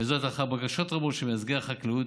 לאחר בקשות רבות של מייצגי החקלאים,